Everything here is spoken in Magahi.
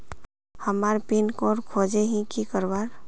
हमार पिन कोड खोजोही की करवार?